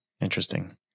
Interesting